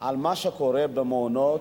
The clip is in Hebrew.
על מה שקורה במעונות,